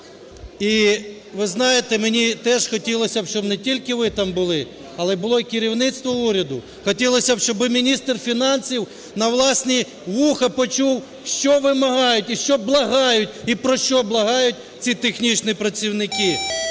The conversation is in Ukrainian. І ви знаєте, мені теж хотілося, щоб не тільки ви там були але було і керівництво уряду. Хотілося, щоб міністр фінансів на власні вуха почув, що вимагають і що благають, і про що благають ці технічні працівники.